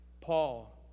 Paul